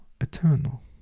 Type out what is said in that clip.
eternal